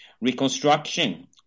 reconstruction